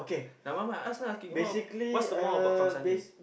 never mind ask lah okay what what's the more about Kamsani